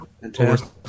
fantastic